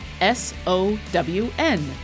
s-o-w-n